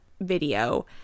video